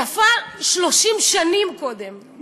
יפה 30 שנים קודם.